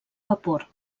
vapor